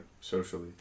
socially